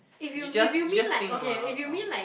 you just you just think about um